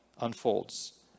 unfolds